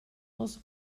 els